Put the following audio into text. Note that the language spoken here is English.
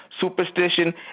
superstition